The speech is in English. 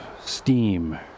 steam